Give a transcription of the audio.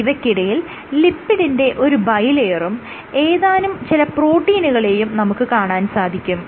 ഇവയ്ക്കിടയിൽ ലിപ്പിഡിന്റെ ഒരു ബൈലെയറും ഏതാനും ചില പ്രോട്ടീനുകളേയും നമുക്ക് കാണാൻ സാധിക്കും